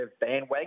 bandwagon